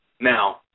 Now